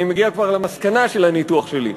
אני מגיע כבר למסקנה של הניתוח שלי.